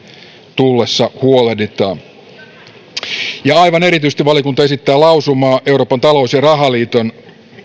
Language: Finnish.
tullessa huolehditaan aivan erityisesti valiokunta esittää lausumaa euroopan talous ja rahaliiton